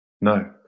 no